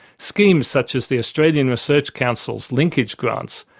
schemes such as the australian research council linkage grants,